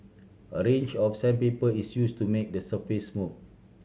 a range of sandpaper is used to make the surface smooth